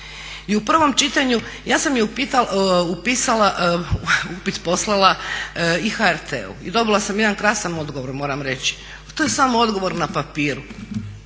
I u prvom čitanju ja sam upit poslala i HRT-u i dobila sam jedan krasan odgovor moram reći, pa to je samo odgovor na papiru